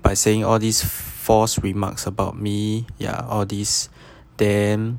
by saying all these false remarks about me ya all these then